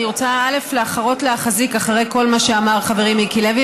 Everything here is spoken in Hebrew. אני רוצה להחרות להחזיק אחרי כל מה שאמר חברי מיקי לוי,